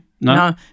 No